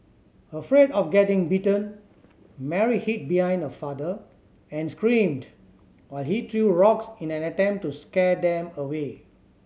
afraid of getting bitten Mary hid behind her father and screamed while he threw rocks in an attempt to scare them away